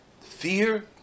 Fear